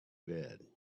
bed